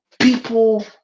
people